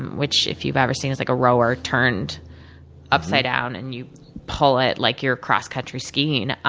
which, if you've ever seen, is like a rower turned upside down, and you pull it like you're cross country skiing.